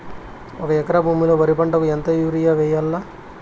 ఒక ఎకరా భూమిలో వరి పంటకు ఎంత యూరియ వేయల్లా?